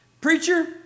Preacher